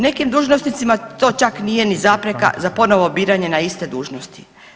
Nekim dužnosnicima to čak nije niti zapreka za ponovno biranje na iste dužnosti.